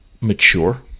mature